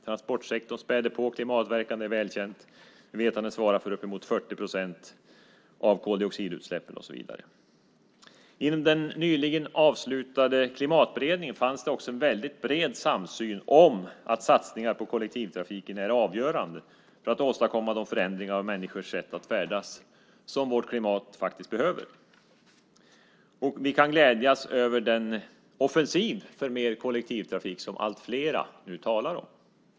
Transportsektorn späder på klimatpåverkan, det är väl känt. Vi vet att den svarar för upp emot 40 procent av koldioxidutsläppen. Inom den nyligen avslutade Klimatberedningen fanns det också en bred samsyn om att satsningar på kollektivtrafiken är avgörande för att åstadkomma de förändringar av människors sätt att färdas som vårt klimat behöver. Och vi kan glädjas över den offensiv för mer kollektivtrafik som allt fler nu talar om.